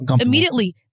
immediately